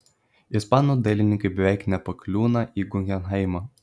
ispanų dailininkai beveik nepakliūna į gugenheimą